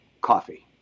coffee